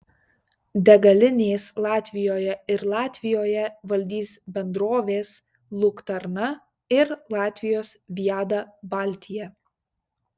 degalinės latvijoje ir latvijoje valdys bendrovės luktarna ir latvijos viada baltija